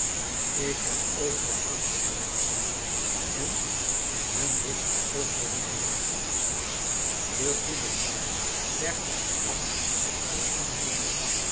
ik heb overal aangeklopt en men heeft mij overal weggejaagd de goede vrouw legde haar hand op den arm van den man